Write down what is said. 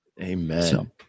Amen